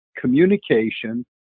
communication